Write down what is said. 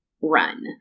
Run